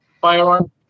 firearm